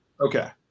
okay